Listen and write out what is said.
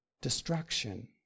destruction